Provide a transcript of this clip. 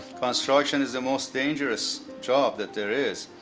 construction is the most dangerous job that there is.